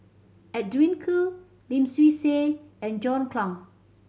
Edwin Koo Lim Swee Say and John Clang